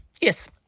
Yes